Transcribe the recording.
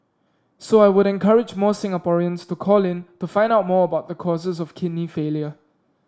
so I would encourage more Singaporeans to call in to find out more about the causes of kidney failure